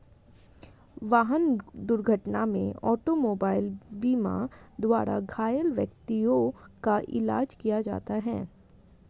वाहन दुर्घटना में ऑटोमोबाइल बीमा द्वारा घायल व्यक्तियों का इलाज किया जाता है